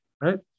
right